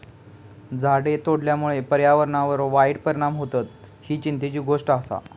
झाडे तोडल्यामुळे पर्यावरणावर वाईट परिणाम होतत, ही चिंतेची गोष्ट आसा